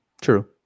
True